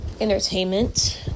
Entertainment